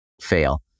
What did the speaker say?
fail